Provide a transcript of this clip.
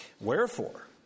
wherefore